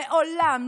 לעולם,